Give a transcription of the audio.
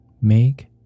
make